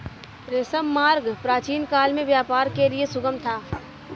रेशम मार्ग प्राचीनकाल में व्यापार के लिए सुगम था